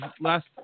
last